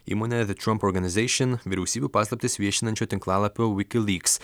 įmonę de trump organizeision vyriausybių paslaptis viešinančio tinklalapio vikilyks